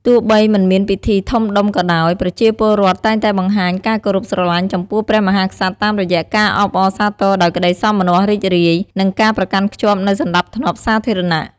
ទោះបីមិនមានពិធីធំដុំក៏ដោយ ប្រជាពលរដ្ឋតែងតែបង្ហាញការគោរពស្រឡាញ់ចំពោះព្រះមហាក្សត្រតាមរយៈការអបអរសាទរដោយក្តីសោមនស្សរីករាយ និងការប្រកាន់ខ្ជាប់នូវសណ្តាប់ធ្នាប់សាធារណៈ។